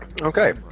Okay